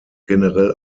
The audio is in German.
generell